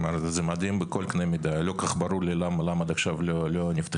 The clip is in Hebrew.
זה מדהים בכל קנה מידה לא כל כך ברור לי למה עד עכשיו לא נפתחה,